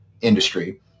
industry